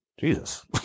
Jesus